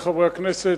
חברי חברי הכנסת,